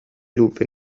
lupe